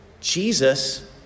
Jesus